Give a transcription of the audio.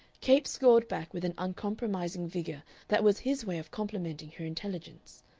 capes scored back with an uncompromising vigor that was his way of complimenting her intelligence.